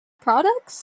products